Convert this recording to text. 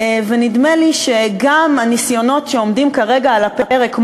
נדמה לי שגם הניסיונות שעומדים כרגע על הפרק,